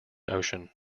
ocean